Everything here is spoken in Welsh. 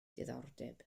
diddordeb